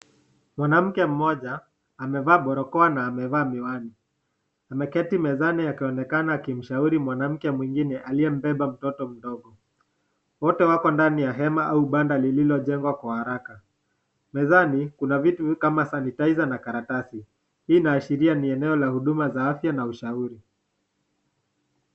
Mwanamke mmoja amevaa barakoa na amevaa miwani. Ameketi mezani akionekana akimshauri mwanamke mwingine aliyembeba mtoto mdogo. Wote wako ndani ya hema au banda lililojengwa kwa haraka. Mezani kuna vitu kama sanitizer na karatasi. Hii inaashiria ni eneo la huduma za afya na ushauri.